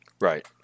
Right